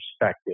perspective